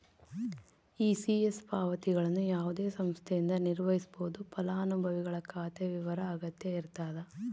ECS ಪಾವತಿಗಳನ್ನು ಯಾವುದೇ ಸಂಸ್ಥೆಯಿಂದ ನಿರ್ವಹಿಸ್ಬೋದು ಫಲಾನುಭವಿಗಳ ಖಾತೆಯ ವಿವರ ಅಗತ್ಯ ಇರತದ